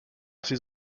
ses